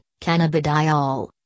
cannabidiol